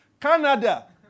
Canada